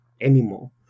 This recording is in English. anymore